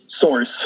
source